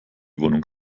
wohnung